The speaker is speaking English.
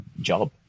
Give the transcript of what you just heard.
job